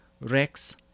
Rex